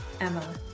Emma